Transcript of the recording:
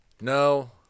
no